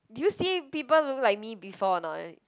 did you see people look like me before not